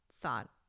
thought